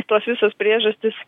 tos visos priežastys